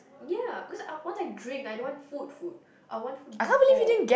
ya because I once I drink I don't food food I want food before